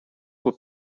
were